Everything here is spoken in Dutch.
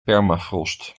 permafrost